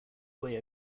way